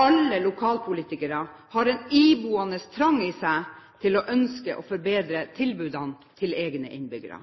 Alle lokalpolitikere har en iboende trang i seg til å ønske å forbedre tilbudene til egne innbyggere.